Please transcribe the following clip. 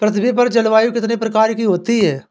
पृथ्वी पर जलवायु कितने प्रकार की होती है?